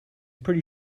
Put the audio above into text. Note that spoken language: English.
pretty